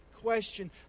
question